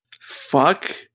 Fuck